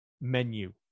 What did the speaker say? menu